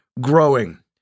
growing